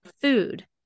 food